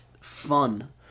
fun